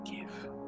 give